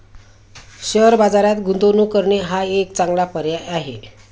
share बाजारात गुंतवणूक करणे हा एक चांगला पर्याय आहे